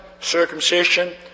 circumcision